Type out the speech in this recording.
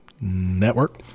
network